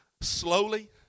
slowly